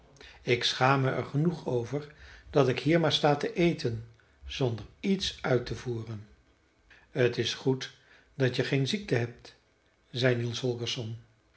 ik schaam me er genoeg over dat ik hier maar sta te eten zonder iets uit te voeren t is goed dat je geen ziekte hebt zei niels holgersson